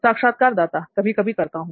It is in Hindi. साक्षात्कारदाता कभी कभी करता हूं